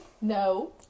No